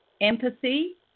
empathy